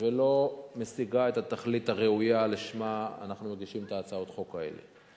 ולא משיגה את התכלית הראויה שלשמה אנחנו מגישים את הצעות החוק האלה.